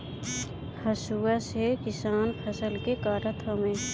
हसुआ से किसान फसल के काटत हवे